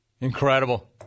Incredible